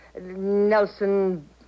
Nelson